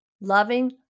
loving